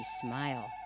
smile